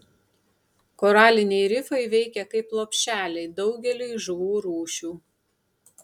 koraliniai rifai veikia kaip lopšeliai daugeliui žuvų rūšių